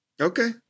Okay